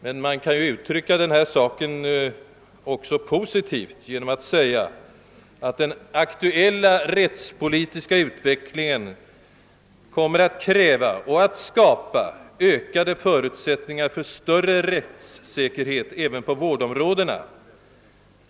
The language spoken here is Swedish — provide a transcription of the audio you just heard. Men man kan ju också uttrycka denna sak positivt genom att säga att den aktuella rättspolitiska utvecklingen kommer att kräva och skapa ökade förutsättningar för större rättssäkerhet även på vårdområdena.